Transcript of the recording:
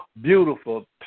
beautiful